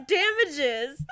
damages